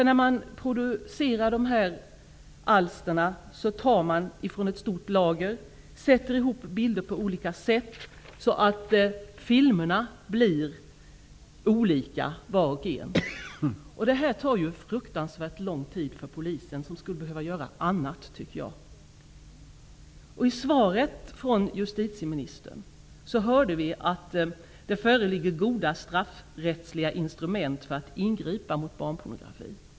När de här alsterna produceras tas bilder från ett stort lager och sätts ihop på olika sätt så att filmerna blir olika. Detta tar fruktansvärt lång tid för polisen som skulle behöva göra annat, tycker jag. I svaret från justitieministern hörde vi att det föreligger goda straffrättsliga instrument för att ingripa mot barnpornografi.